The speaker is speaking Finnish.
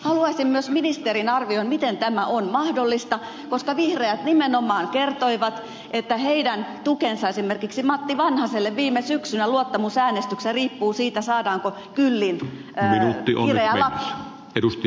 haluaisin myös ministerin arvion siitä miten tämä on mahdollista koska vihreät nimenomaan kertoivat että heidän tukensa esimerkiksi matti vanhaselle viime syksynä luottamusäänestyksessä riippuu siitä saadaanko kyllin kireä laki